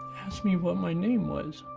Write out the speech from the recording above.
asked me what my name was,